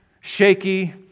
shaky